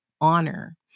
honor